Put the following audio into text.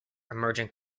emerging